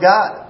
God